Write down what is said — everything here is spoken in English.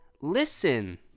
Listen